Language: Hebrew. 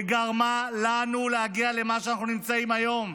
וגרמה לנו להגיע למה שאנחנו נמצאים היום.